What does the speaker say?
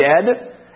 dead